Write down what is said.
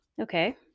okay